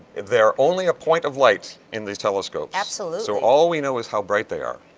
they're only a point of light in these telescopes. absolutely. so all we know is how bright they are.